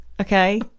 okay